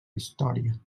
història